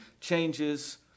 changes